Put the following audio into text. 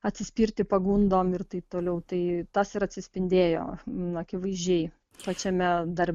atsispirti pagundom ir taip toliau tai tas ir atsispindėjo akivaizdžiai pačiame dar